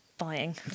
buying